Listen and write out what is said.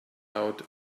out